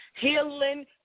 healing